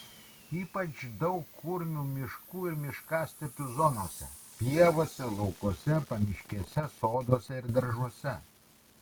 ypač daug kurmių miškų ir miškastepių zonose pievose laukuose pamiškėse soduose ir daržuose